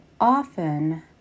often